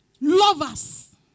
lovers